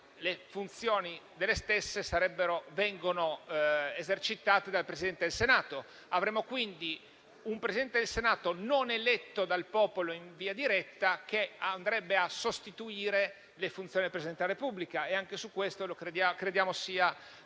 le funzioni dello stesso vengono esercitate dal Presidente del Senato. Avremmo, quindi, un Presidente del Senato non eletto dal popolo in via diretta, che andrebbe a sostituire le funzioni del Presidente della Repubblica. Riteniamo che anche questo sia